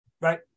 Right